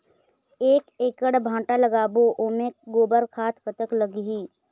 एक एकड़ भांटा लगाबो ओमे गोबर खाद कतक लगही?